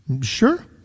Sure